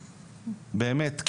באמת,